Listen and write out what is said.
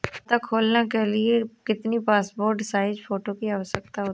खाता खोलना के लिए कितनी पासपोर्ट साइज फोटो की आवश्यकता होती है?